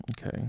okay